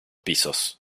pisos